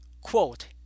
quote